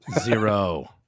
Zero